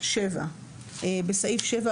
(7)בסעיף 7,